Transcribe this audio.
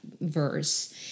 verse